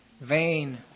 vain